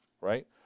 right